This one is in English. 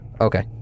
Okay